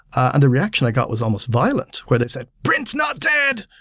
ah and the reaction i got was almost violent where they said, prints not dead!